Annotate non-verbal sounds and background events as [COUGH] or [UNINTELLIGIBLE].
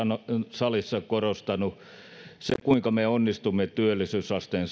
salissa korostanut se kuinka me onnistumme työllisyysasteen [UNINTELLIGIBLE]